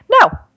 No